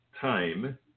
time